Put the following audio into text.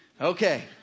Okay